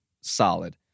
solid